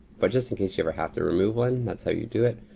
but just in case you ever have to remove one, that's how you do it.